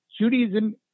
Judaism